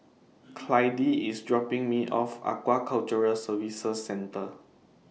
Clydie IS dropping Me off At Aquaculture Services Centre